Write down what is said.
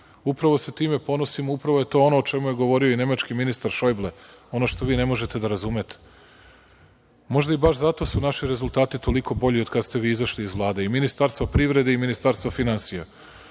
Upravo se time ponosimo, upravo je to ono o čemu je govorio i nemački ministar Šojble, ono što vi ne možete da razumete. Možda i baš zato su naši rezultati toliko bolji od kad ste vi izašli iz Vlade, i Ministarstva privrede i Ministarstva finansija.